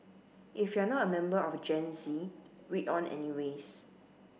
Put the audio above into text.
if you're not a member of Gen Z read on anyways